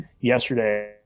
yesterday